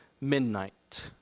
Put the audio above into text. midnight